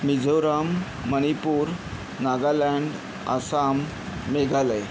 Mizoram Manipur Nagaland Assam Meghalaya